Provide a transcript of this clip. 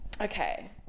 Okay